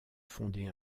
fonder